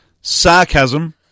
Sarcasm